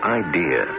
idea